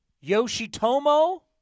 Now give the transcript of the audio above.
Yoshitomo